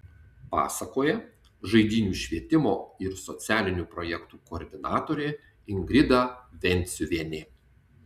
pasakoja žaidynių švietimo ir socialinių projektų koordinatorė ingrida venciuvienė